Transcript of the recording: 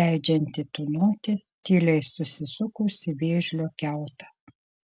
leidžianti tūnoti tyliai susisukus į vėžlio kiautą